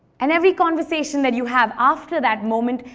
and every conversation that you have after that moment,